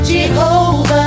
Jehovah